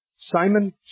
Simon